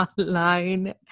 online